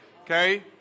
Okay